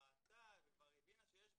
ראתה וכבר הבינה שיש בעיות,